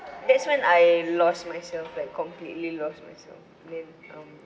that's when I lost myself like completely lost myself then um